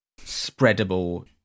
spreadable